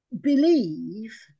believe